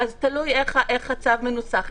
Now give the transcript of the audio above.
תלוי איך הצו מנוסח.